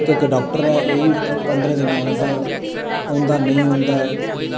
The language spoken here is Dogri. इक इक डाक्टर ऐ ओह् बी पंद्रे दिने औंदा नेईं औंदा